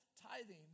tithing